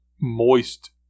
moist